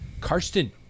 Karsten